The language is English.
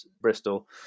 Bristol